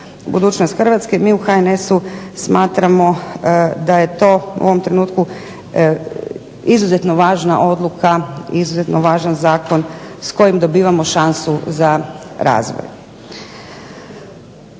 budućnost Hrvatske. Mi u HNS-u smatramo da je to u ovom trenutku izuzetno važna odluka i izuzetno važan zakon s kojim dobivamo šansu za razvoj.